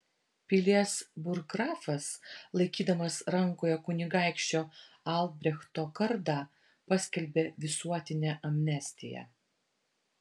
pilies burggrafas laikydamas rankoje kunigaikščio albrechto kardą paskelbė visuotinę amnestiją